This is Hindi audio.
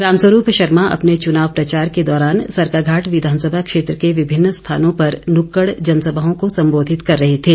रामस्वरूप शर्मा अपने चुनाव प्रचार के दौरान सरकाघाट विधानसभा क्षेत्र के विभिन्न स्थानों पर नुक्कड जनसभाओं को संबोधित कर रहे थे